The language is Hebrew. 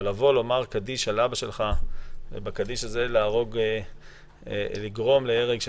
אבל לבוא לומר קדיש על אבא שלך ובקדיש הזה לגרום להרג של